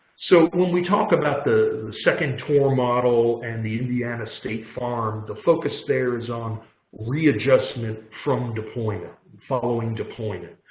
so when we talk about the second tour model and the indiana state farm, the focus there is on readjustment from deployment following deployment.